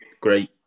great